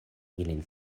ilin